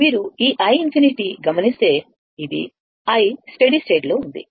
మీరు ఈ i ∞ గమనిస్తే ఇది i స్టడీ స్టేట్ లో ఉంది